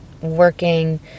working